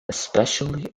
especially